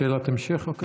שאלת המשך, בבקשה.